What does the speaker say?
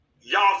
y'all